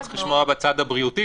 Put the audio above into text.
צריך לשמוע את הצד הבריאותי.